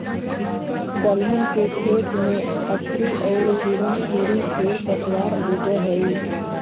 दलहन के खेत में अकरी औउर हिरणखूरी खेर पतवार उगऽ हई